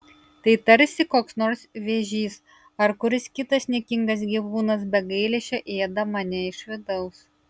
tai tarsi koks nors vėžys ar kuris kitas niekingas gyvūnas be gailesčio ėda mane iš vidaus